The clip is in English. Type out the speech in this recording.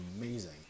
amazing